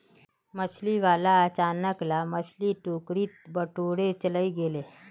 मछली वाला बचाल ला मछली टोकरीत बटोरे चलइ गेले